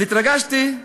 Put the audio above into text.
אז התרגשתי,